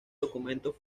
documento